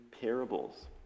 parables